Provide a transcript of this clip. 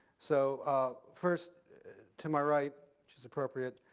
so first to my right, which is appropriate,